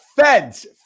feds